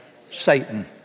Satan